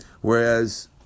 whereas